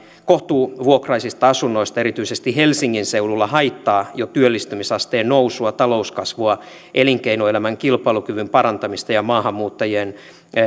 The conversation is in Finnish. kohtuuvuokraisista asunnoista erityisesti helsingin seudulla haittaa jo työllistymisasteen nousua talouskasvua elinkeinoelämän kilpailukyvyn parantamista ja maahanmuuttajien